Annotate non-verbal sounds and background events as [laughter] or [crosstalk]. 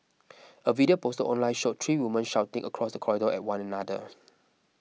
[noise] a video posted online showed three women shouting across the corridor at one another